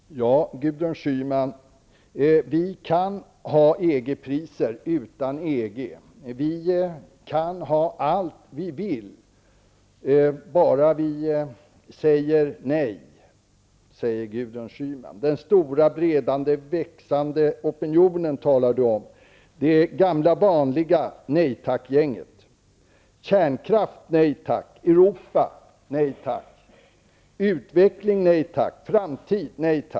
Herr talman! Ja, Gudrun Schyman, vi kan ha EG priser utan EG. Vi kan ha allt vi vill, bara vi säger nej, anser Gudrun Schyman. Den stora, breda, växande opinionen talar Gudrun Schyman om. Det är det gamla vanliga nej tack-gänget som talar.